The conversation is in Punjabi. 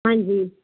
ਹਾਂਜੀ